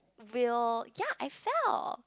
will ya I fell